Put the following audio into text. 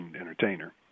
entertainer